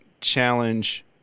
challenge